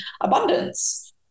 abundance